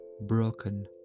broken